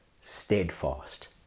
steadfast